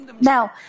Now